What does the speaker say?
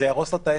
יהרוס להם את העסק.